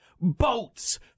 Boats